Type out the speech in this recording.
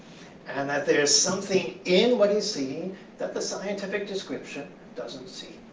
and that there's something in what he's seeing that the scientific description doesn't see.